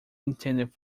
intended